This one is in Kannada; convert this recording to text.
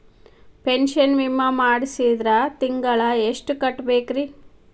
ಪೆನ್ಶನ್ ವಿಮಾ ಮಾಡ್ಸಿದ್ರ ತಿಂಗಳ ಎಷ್ಟು ಕಟ್ಬೇಕ್ರಿ?